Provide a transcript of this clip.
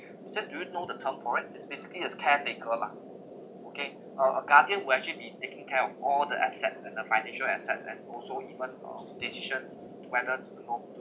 eason do you know the term for it is basically is caretaker lah okay a a guardian will actually be taking care of all the assets and the financial assets and also even uh decisions whether to you know